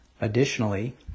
Additionally